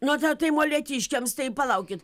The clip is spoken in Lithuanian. nu tai o tai molėtiškiams tai palaukit